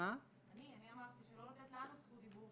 אני אמרתי שלא לתת לנו זכות דיבור,